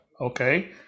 okay